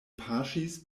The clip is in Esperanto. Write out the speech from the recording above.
paŝis